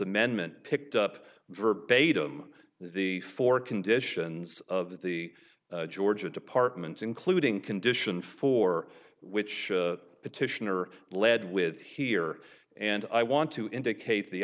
amendment picked up verbatim the four conditions of the georgia department including condition for which the petitioner led with here and i want to indicate the